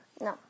No